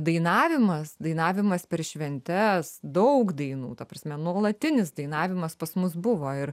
dainavimas dainavimas per šventes daug dainų ta prasme nuolatinis dainavimas pas mus buvo ir